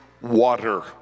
water